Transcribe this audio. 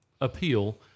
appeal